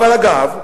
אבל אגב,